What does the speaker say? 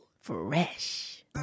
Fresh